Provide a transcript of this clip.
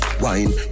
wine